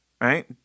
right